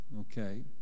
okay